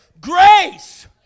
Grace